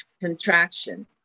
contraction